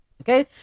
Okay